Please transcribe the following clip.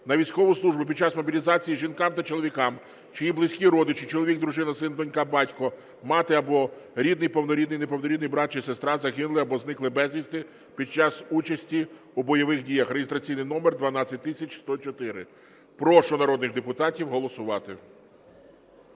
на військову службу під час мобілізації жінкам та чоловікам, чиї близькі родичі (чоловік, дружина, син, донька, батько, мати або рідний (повнорідний, неповнорідний) брат чи сестра) загинули або зникли безвісти під час участі у бойових діях (реєстраційний номер 12104). Прошу народних депутатів голосувати.